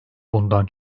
bundan